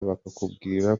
bakubwira